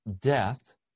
death